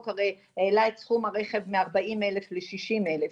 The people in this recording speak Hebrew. החוק הרי העלה את סכום הרכב מארבעים אלף לשישים אלף,